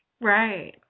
Right